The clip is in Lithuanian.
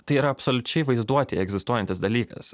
tai yra absoliučiai vaizduotėj egzistuojantis dalykas